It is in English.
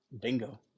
Bingo